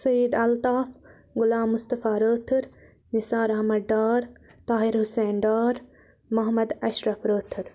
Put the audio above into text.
Saeed Altaf Ghulam Mustafa Rather Nisar Ahmad Dar Tahir Hussain Dar Mohammad Ashraf Rather